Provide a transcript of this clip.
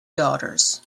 daughters